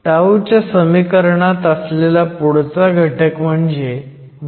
τ च्या समीकरणात असलेला पुढचा घटक म्हणजे Vth